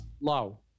low